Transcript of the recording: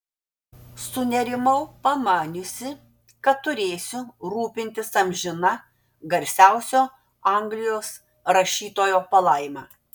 sunerimau pamaniusi kad turėsiu rūpintis amžina garsiausio anglijos rašytojo palaima